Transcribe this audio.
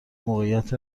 موقعیت